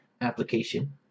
application